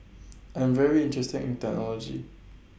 I'm very interested in technology